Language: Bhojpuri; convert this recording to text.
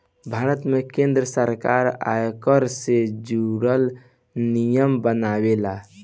भारत में केंद्र सरकार आयकर से जुरल नियम बनावेला